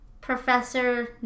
Professor